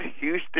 Houston